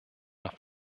nach